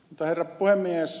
herra puhemies